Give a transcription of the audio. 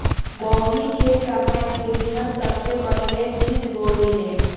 बोवनी के समय खेतिहर सबसे पहिले बिज बोवेलेन